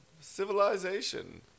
Civilization